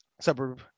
suburb